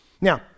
Now